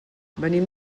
venim